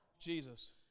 Jesus